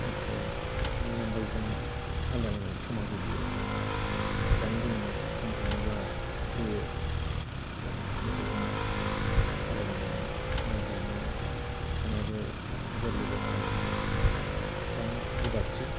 मोसौनि नांगालजों हालएवनाय समा गैलिया दानि दिनाव बुंनो थाङोब्ला बे मोसौजों हालएवनानै माइ गायनाया हानायाबो गोरलै बाथ्रा नंला गोबां गोब्राबसै